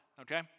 Okay